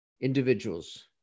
individuals